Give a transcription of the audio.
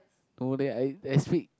no leh I I speak